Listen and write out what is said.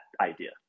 idea